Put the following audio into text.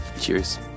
Cheers